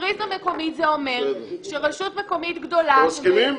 בפריזמה מקומית זה אומר שרשות מקומית גדולה --- מסכימים?